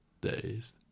days